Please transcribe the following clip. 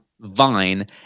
Vine